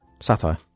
Satire